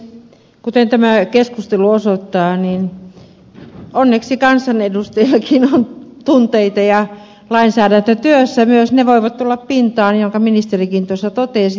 kuten tämä keskustelu osoittaa niin onneksi kansanedustajillakin on tunteita ja myös lainsäädäntötyössä ne voivat tulla pintaan jonka ministerikin tuossa totesi